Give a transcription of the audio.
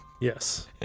Yes